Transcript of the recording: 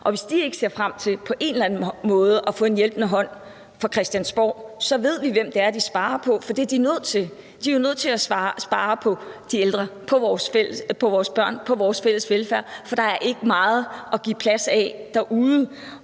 Hvis de ikke ser frem til på en eller anden måde at få en hjælpende hånd fra Christiansborg, ved vi, hvem det er, de sparer på, for det er de nødt til. De er nødt til at spare på de ældre, på vores børn, på vores fælles velfærd, for der er ikke meget at give plads af derude.